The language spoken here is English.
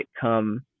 come